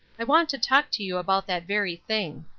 i want to talk to you about that very thing.